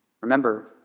Remember